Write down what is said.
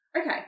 Okay